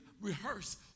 rehearse